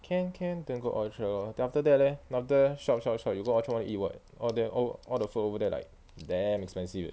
can can then go orchard lor then after that leh after shop shop shop you go orchard want to eat what all there all all the food over there like damn expensive eh